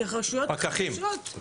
וברשויות חלשות --- פקחים.